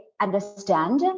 understand